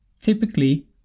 typically